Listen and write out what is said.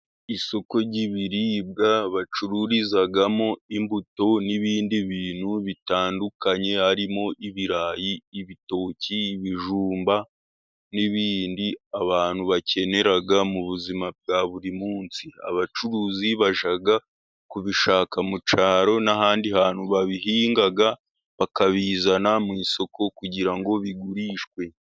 Isoko ry'ibiribwa bacururizamo imbuto n'ibindi bintu bitandukanye harimo ibirayi, ibitoki, ibijumba n'ibindi abantu bakenera mu buzima bwa buri munsi. Abacuruzi bajya kubishaka mu cyaro, n'ahandi hantu babihinga bakabizana mu isoku kugira ngo bigurishwe.